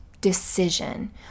decision